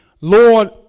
Lord